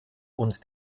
und